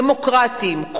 דמוקרטים,